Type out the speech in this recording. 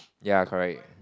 ya correct